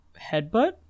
headbutt